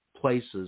places